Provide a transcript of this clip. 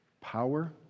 Power